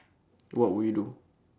what would you do